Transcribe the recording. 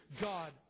God